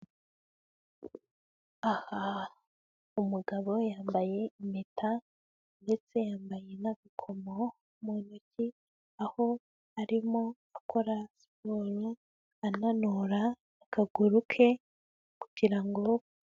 Aha umugabo yambaye impeta ndetse yambaye n'agakomo mu ntoki aho arimo akora siporo ananura akaguru ke kugira ngo..